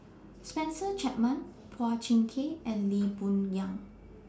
Spencer Chapman Phua Thin Kiay and Lee Boon Yang